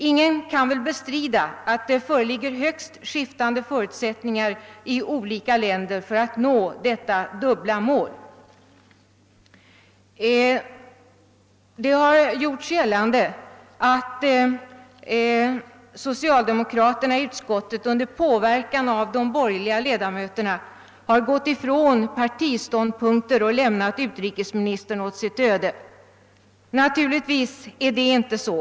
Ingen kan väl bestrida att det föreligger högst skiftande förutsättningar i olika länder för att nå detta dubbla mål. Det har giorts gällande att socialdemokraterna i utskottet under påverkan av de borgerliga ledamöterna har gått ifrån partiståndpunkter och lämnat utrikesministern åt sitt öde. Naturligtvis är det inte så.